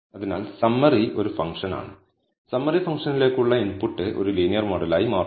അതിനാൽ സമ്മറി ഒരു ഫംഗ്ഷനാണ് സമ്മറി ഫംഗ്ഷനിലേക്കുള്ള ഇൻപുട്ട് ഒരു ലീനിയർ മോഡലായി മാറുന്നു